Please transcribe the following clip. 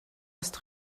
ost